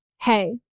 hey